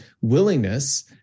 willingness